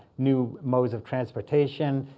new modes of transportation,